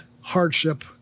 hardship